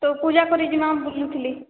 ତ ପୁଜା କରିଯିମା ବୋଲୁଥିଲି